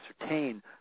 ascertain